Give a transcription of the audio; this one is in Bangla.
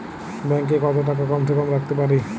ব্যাঙ্ক এ কত টাকা কম সে কম রাখতে পারি?